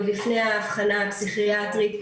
עוד לפני האבחנה הפסיכיאטרית,